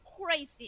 crazy